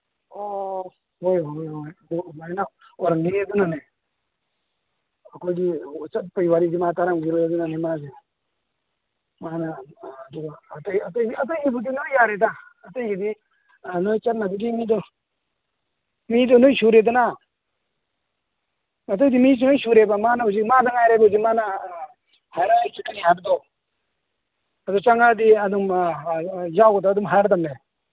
ꯑꯣ ꯍꯣꯏ ꯍꯣꯏ ꯍꯣꯏ ꯑꯗꯨꯃꯥꯏꯅ ꯑꯣꯏꯔꯝꯒꯅꯤ ꯑꯗꯨꯅꯅꯤ ꯑꯩꯈꯣꯏꯒꯤ ꯆꯠꯄꯒꯤ ꯋꯥꯔꯤꯁꯤ ꯃꯥ ꯇꯥꯔꯝꯒꯤꯔꯣꯏ ꯑꯗꯨꯅꯅꯤ ꯃꯥꯁꯦ ꯃꯥꯅ ꯑꯇꯩꯒꯤꯕꯨꯗꯤ ꯂꯣꯏ ꯌꯥꯔꯦꯗ ꯑꯇꯩꯒꯤꯗꯤ ꯅꯣꯏ ꯆꯠꯅꯕꯒꯤ ꯃꯤꯗꯣ ꯃꯤꯗꯣ ꯂꯣꯏ ꯁꯨꯔꯦꯗꯅ ꯑꯗꯨꯏꯗꯤ ꯃꯤꯁꯦ ꯂꯣꯏ ꯁꯨꯔꯦꯕ ꯃꯥꯅ ꯍꯧꯖꯤꯛ ꯃꯥꯗꯪ ꯉꯥꯏꯔꯦꯕ ꯍꯧꯖꯤꯛ ꯃꯥꯅ ꯍꯥꯏꯔꯛꯑ ꯆꯠꯀꯅꯤ ꯍꯥꯏꯕꯗꯣ ꯑꯗꯨ ꯆꯪꯉꯛꯑꯗꯤ ꯑꯗꯨꯝ ꯌꯥꯎꯒꯗ꯭ꯔꯥ ꯑꯗꯨꯝ ꯍꯥꯏꯔꯗꯝꯅꯦ